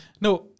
No